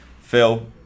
Phil